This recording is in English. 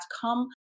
come